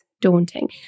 daunting